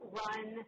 run